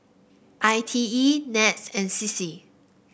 I T E NETS and C C